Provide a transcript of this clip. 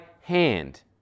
hand